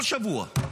כל שבוע.